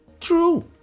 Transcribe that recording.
true